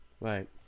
Right